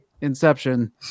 Inception